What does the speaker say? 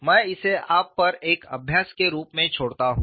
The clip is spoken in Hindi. मैं इसे आप पर एक अभ्यास के रूप में छोड़ता हूं